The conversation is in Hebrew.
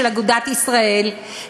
של אגודת ישראל,